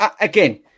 again